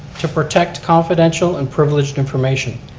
to protect confidential and privileged information.